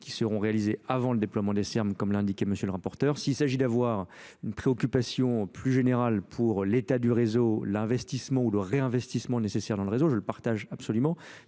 qui seront réalisés avant le déploiement des Ser Mes comme l'indiqué M. le rapporteur s'il s'agit d'avoir une préoccupation plus générale pour l'état du réseau, l'investissement ou le réinvestissement nécessaire dans le réseau, je le partage absolument,